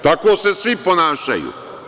Tako se svi ponašaju.